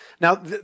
Now